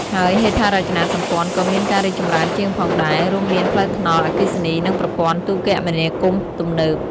ហើយហេដ្ឋារចនាសម្ព័ន្ធ ក៏មានការរីកចម្រើនជាងផងដែរ រួមមានផ្លូវថ្នល់ អគ្គិសនី និងប្រព័ន្ធទូរគមនាគមន៍ទំនើប។